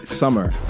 Summer